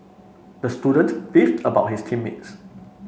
the student beefed about his team mates